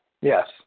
Yes